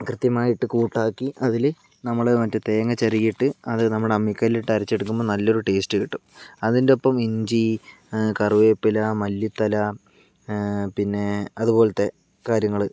കൃത്യമായിട്ട് കൂട്ടാക്കി അതിൽ നമ്മൾ മറ്റേ തേങ്ങ ചിരകിയിട്ട് അത് നമ്മുടെ അമ്മിക്കല്ലിൽ ഇട്ട് അരച്ചെടുക്കുമ്പോൾ നല്ല ടേസ്റ്റ് കിട്ടും അതിൻ്റെ ഒപ്പം ഇഞ്ചി കറിവേപ്പില മല്ലിത്തല പിന്നെ അതുപോലത്തെ കാര്യങ്ങൾ